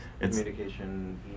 communication